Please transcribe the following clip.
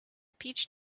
peach